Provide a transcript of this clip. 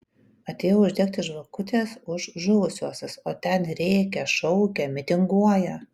atėjau uždegti žvakutės už žuvusiuosius o ten rėkia šaukia mitinguoja